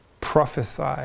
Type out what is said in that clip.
prophesy